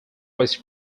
was